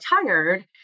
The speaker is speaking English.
tired